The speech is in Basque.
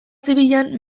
zibilean